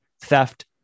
theft